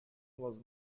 was